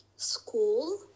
School